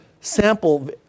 sample